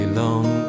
long